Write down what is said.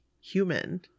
human